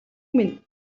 минь